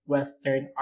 Western